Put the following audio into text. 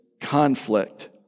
conflict